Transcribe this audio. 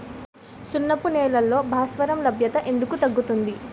సున్నపు నేలల్లో భాస్వరం లభ్యత ఎందుకు తగ్గుతుంది?